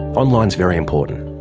online is very important.